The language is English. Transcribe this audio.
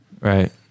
Right